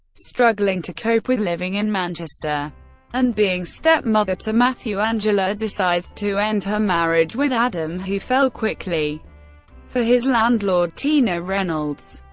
struggling to cope with living in manchester and being step-mother to matthew, angela decides to end her marriage with adam, who fell quickly for his landlord tina reynolds.